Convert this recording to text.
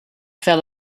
fell